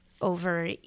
over